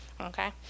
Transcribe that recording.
okay